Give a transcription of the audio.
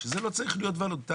שזה לא צריך להיות וולונטרי.